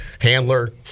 Handler